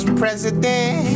president